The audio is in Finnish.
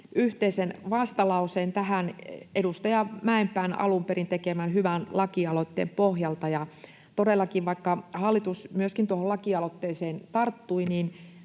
yhteisen vastalauseen tähän edustaja Mäenpään alun perin tekemän hyvän lakialoitteen pohjalta. Todellakin, vaikka myöskin hallitus tuohon lakialoitteeseen tarttui,